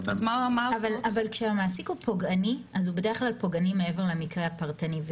אבל כשהמעסיק הוא פוגעני אז הוא בדרך כלל פוגעני מעבר למקרה הפרטני.